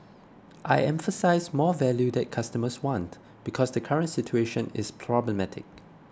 I emphasised 'more value that customers want' because the current situation is problematic